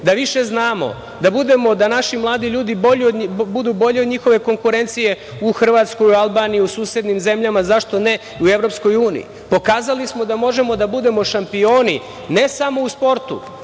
da više znamo, da naši mladi ljudi budu bolji od njihove konkurencije u Hrvatskoj, u Albaniji, u susednim zemljama, zašto ne i u EU.Pokazali smo da možemo da budemo šampioni ne samo u sportu,